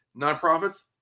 nonprofits